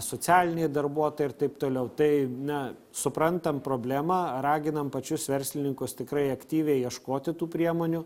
socialiniai darbuotojai ir taip toliau tai na suprantam problemą raginam pačius verslininkus tikrai aktyviai ieškoti tų priemonių